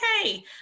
okay